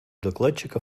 докладчика